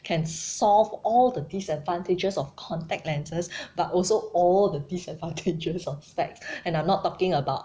can solve all the disadvantages of contact lenses but also all the disadvantages of specs and I'm not talking about